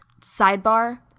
sidebar